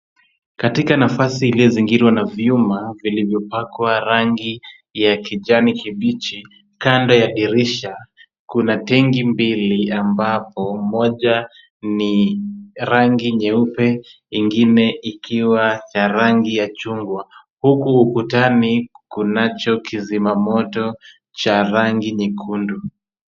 Katika nafasi iliyozingirwa na vyuma viliyopakwa rangi ya kijani kibichi kando ya dirisha, kuna tenki mbili ambapo moja ni rangi nyeupe ingine ikiwa ya rangi ya chungwa, huku ukutani kunacho kizima koto cha rangi nyekundu.